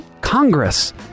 Congress